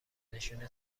نشون